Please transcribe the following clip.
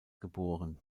geboren